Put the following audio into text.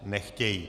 Nechtějí.